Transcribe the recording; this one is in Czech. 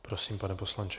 Prosím, pane poslanče.